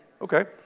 Okay